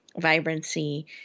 vibrancy